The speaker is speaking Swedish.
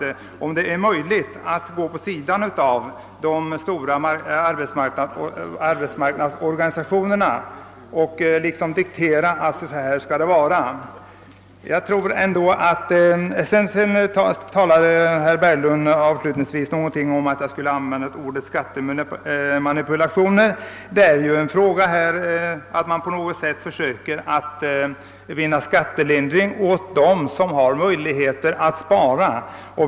Frågan gäller om det är möjligt att gå vid sidan om de stora arbetsmarknadsorganisationerna och liksom framlägga diktat. Herr Berglund talar avslutningsvis om att jag skulle ha använt ordet skattemanipulationer. Man försöker ju här att på något sätt åstadkomma skattelindring åt dem som har möjlighet att spara.